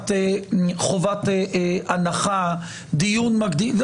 חובת הנחה, דיון מקדים.